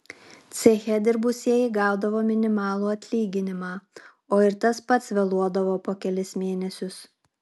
ceche dirbusieji gaudavo minimalų atlyginimą o ir tas pats vėluodavo po kelis mėnesius